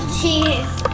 cheese